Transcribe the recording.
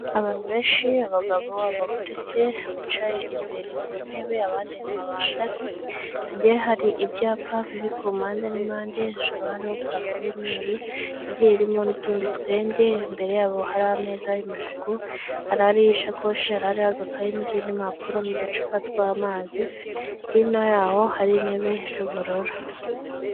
Abantu benshi abagabo abagore se bicaye imbere ku ntebe abandi inyuma bahagaze hagiye hari ibyapa biri ku mpande n'impande, hejuru hariho parafo y'umweru igiye irimo n'utundi twenge, imbere yabo hari ameza y'umutuku hari ariho ishakoshi hari ariho agakaye n'izindi mpapuro n'uducupa tw'amazi hino yaho hari intebe z'ubururu.